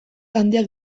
handiak